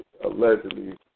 allegedly